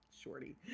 Shorty